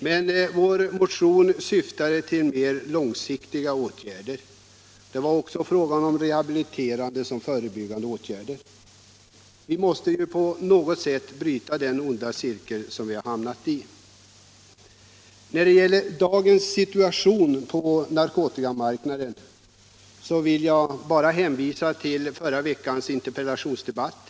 Men vår motion syftade till mer långsiktiga åtgärder, rehabiliterande såväl som förebyggande. Vi måste på något sätt bryta den onda cirkel som vi hamnat i. När det gäller dagens situation på narkotikamarknaden kan jag hänvisa till förra veckans interpellationsdebatt.